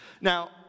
Now